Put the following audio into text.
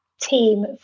team